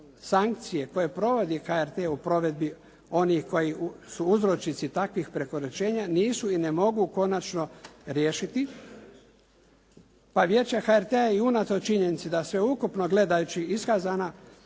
sankcije koje provodi HRT u provedbi onih koji su uzročnici takvih prekoračenja nisu i ne mogu konačno riješiti pa Vijeća HRT-a i unatoč činjenici da sveukupno gledajući iskazana